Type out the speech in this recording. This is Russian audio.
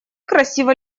красиво